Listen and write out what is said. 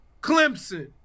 Clemson